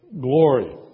glory